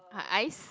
uh ice